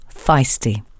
feisty